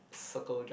circle